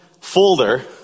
folder